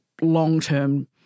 long-term